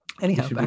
Anyhow